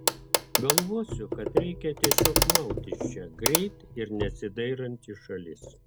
galvosiu kad reikia tiesiog maut iš čia greit ir nesidairant į šalis